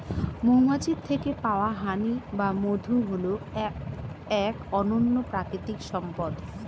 মৌমাছির থেকে পাওয়া হানি বা মধু হল এক অনন্য প্রাকৃতিক সম্পদ